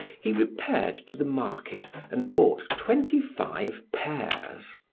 he repaired to the market and bought twenty-five pears.